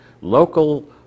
local